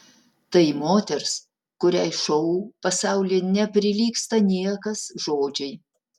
tai moters kuriai šou pasaulyje neprilygsta niekas žodžiai